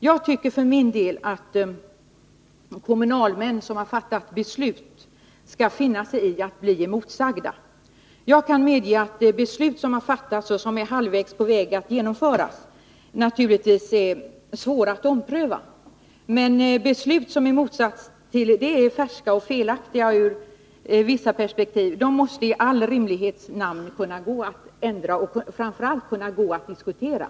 Jag tycker för min del att kommunalmän som har fattat beslut skall finna sig i att bli emotsagda. Jag kan medge att beslut som har fattats och är halvvägs på väg att genomföras naturligtvis är svåra att ompröva. Men beslut som i motsats till detta är färska och felaktiga ur vissa perspektiv måste i all rimlighets namn gå att ändra — och de måste framför allt kunna diskuteras.